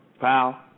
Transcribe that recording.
pal